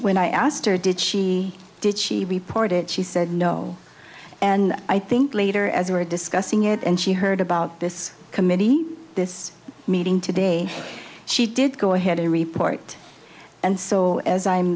when i asked her did she did she report it she said no and i think later as we were discussing it and she heard about this committee this meeting today she did go ahead and report and so as i'm